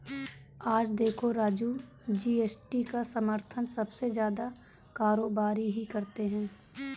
आज देखो राजू जी.एस.टी का समर्थन सबसे ज्यादा कारोबारी ही करते हैं